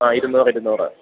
ആ ഇരുന്നൂറ് ഇരുന്നൂറ്